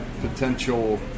potential